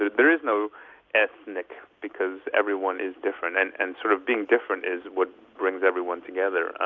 there is no ethnic because everyone is different and and sort of being different is what brings everyone together.